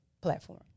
platform